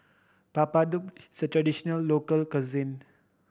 Papadum is a traditional local cuisine